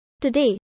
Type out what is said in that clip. Today